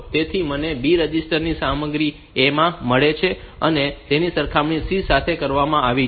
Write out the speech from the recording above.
તેથી મને B register ની સામગ્રી A માં મળી છે અને તેની સરખામણી C સાથે કરવામાં આવી છે